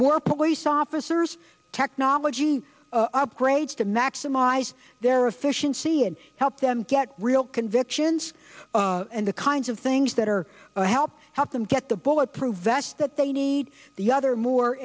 more police officers technology upgrades to maximize their efficiency and help them get real convictions and the kinds of things that are a help help them get the bulletproof vests that they need the other more